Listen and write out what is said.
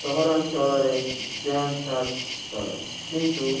ସହରାଞ୍ଚଳରେ pant shirt ଚଳେ କିନ୍ତୁ